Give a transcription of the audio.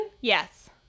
Yes